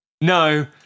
No